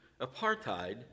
apartheid